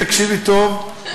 תקשיבי טוב,